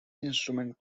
instrument